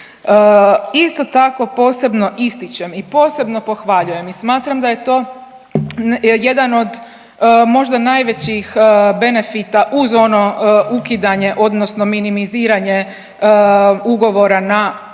Isto tako, posebno ističem i posebno pohvaljujem i smatram da je to jedan od možda najvećih benefita uz ono ukidanje odnosno minimiziranje ugovora na